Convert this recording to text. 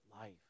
life